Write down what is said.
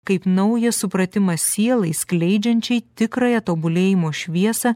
kaip naujas supratimas sielai skleidžiančiai tikrąją tobulėjimo šviesą